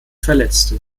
verletzte